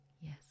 Yes